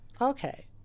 Okay